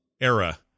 era